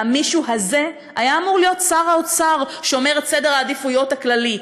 והמישהו הזה היה אמור להיות שר האוצר שאומר את סדר העדיפויות הכללי,